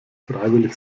freiwillig